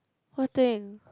what thing